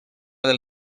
del